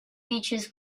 beaches